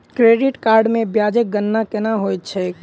credit card मे ब्याजक गणना केना होइत छैक